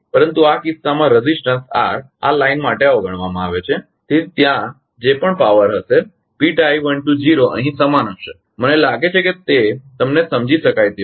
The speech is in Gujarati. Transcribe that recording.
પરંતુ આ કિસ્સામાં પ્રતિકારરેઝિસ્ટંસ r આ લાઇન માટે અવગણવામાં આવે છે તેથી ત્યાં જે પણ પાવર હશે અહીં સમાન હશે મને લાગે છે કે તે તમને સમજી શકાય તેવું છે